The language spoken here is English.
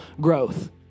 growth